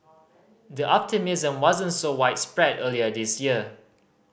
the optimism wasn't so widespread earlier this year